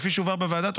כפי שהובהר בוועדה,